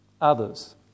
others